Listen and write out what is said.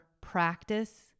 practice